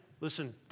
Listen